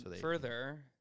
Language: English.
further